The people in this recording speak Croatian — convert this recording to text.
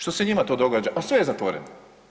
Što se njima to događa, a sve je zatvoreno?